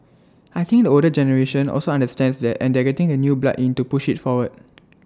I think the older generation also understands that and they are getting the new blood in to push IT forward